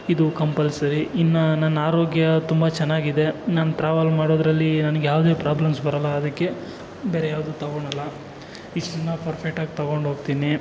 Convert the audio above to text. ಇದು ಕಂಪಲ್ಸರಿ ಇನ್ನು ನನ್ನ ಆರೋಗ್ಯ ತುಂಬ ಚೆನ್ನಾಗಿದೆ ನಾನು ಟ್ರಾವೆಲ್ ಮಾಡೋದರಲ್ಲಿ ನನಗೆ ಯಾವುದೇ ಪ್ರಾಬ್ಲಮ್ಸ್ ಬರಲ್ಲ ಅದಕ್ಕೆ ಬೇರೆ ಯಾವುದೂ ತಗೊಳಲ್ಲ ಇಷ್ಟನ್ನು ಪರ್ಫೆಕ್ಟಾಗಿ ತಗೊಂಡೋಗ್ತೀನಿ